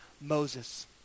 Moses